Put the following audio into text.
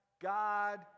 God